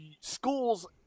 schools